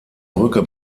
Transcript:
brücke